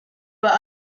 were